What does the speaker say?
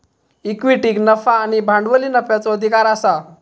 इक्विटीक नफा आणि भांडवली नफ्याचो अधिकार आसा